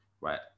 right